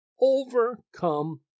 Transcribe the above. overcome